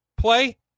play